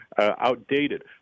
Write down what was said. outdated